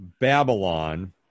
Babylon